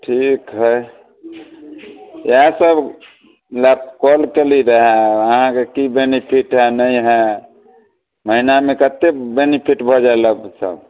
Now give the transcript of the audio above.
ठीक हइ इएह सबलए कॉल कएली रही अहाँके कि बेनिफिट हइ नहि हइ महिनामे कतेक बेनिफिट भऽ जाए लमसम